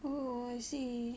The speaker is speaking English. oh I see